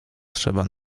trzeba